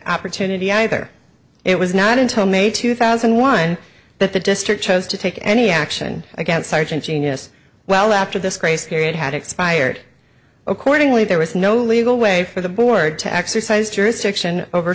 be either it was not until may two thousand and one that the district chose to take any action against sergeant genius well after this grace period had expired accordingly there was no legal way for the board to exercise jurisdiction over